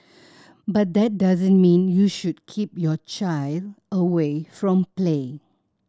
but that doesn't mean you should keep your child away from play